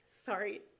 sorry